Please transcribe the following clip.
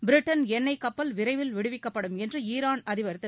Britain எண்ணெய்க் கப்பல் விரைவில் விடுவிக்கப்படும் என்று ஈரான் அதிபர் திரு